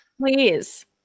Please